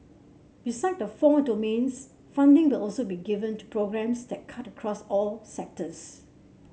beside the four domains funding will also be given to programmes that cut across all sectors